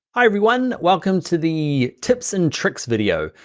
hi, everyone. welcome to the tips and tricks video.